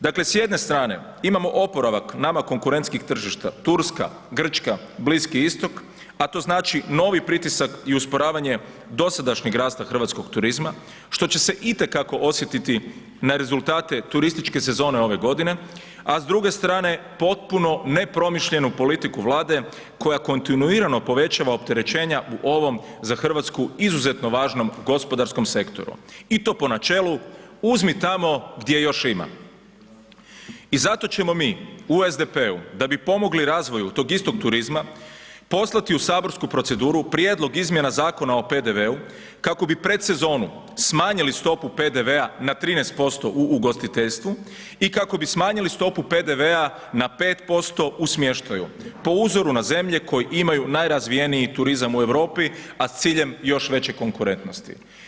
Dakle, s jedne strane imamo oporavak nama konkurentskih tržišta, Turska, Grčka, Bliski Istok, a to znači, novi pritisak i usporavanje dosadašnjeg rasta hrvatskog turizma, što će se i te kako osjetiti na rezultate turističke sezone ove godine, a s druge strane, potpuno nepromišljenu politiku Vlade koja kontinuirano povećava opterećenja u ovom, za Hrvatsku izuzetno važnom gospodarskom sektoru i to po načelu „uzmi tamo gdje još ima“ i zato ćemo mi u SDP-u da bi pomogli razvoju tog istog turizma, poslati u saborsku proceduru prijedlog izmjena Zakona o PDV-u kako bi predsezonu smanjili stopu PDV-a na 13% u ugostiteljstvu i kako bi smanjili stopu PDV-a na 5% u smještaju, po uzoru na zemlje koje imaju najrazvijeniji turizam u Europi, a s ciljem još veće konkurentnosti.